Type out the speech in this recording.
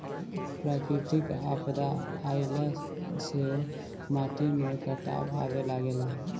प्राकृतिक आपदा आइला से माटी में कटाव आवे लागेला